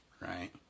Right